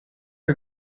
you